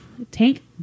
tank